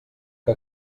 que